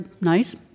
nice